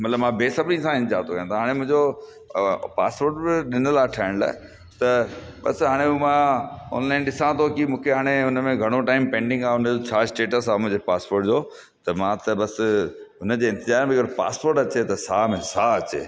मतिलबु मां बेसबरी सां इंतज़ार थो कयां त हाणे मुंहिंजो पासपोट बि ॾिनियलु आहे ठाहिण लाइ त असां हाणे मां ऑनलाइन ॾिसां थो की मूंखे हाणे हुन में घणो टाइम पैंडिंग आहे उन जो छा स्टेटस आहे मुंहिंजे पासपोट जो त मां त बसि हुन जे इंतिज़ामु बग़ैरि पासपोट अचे त साह में साहु अचे